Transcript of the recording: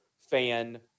fan